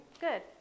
Good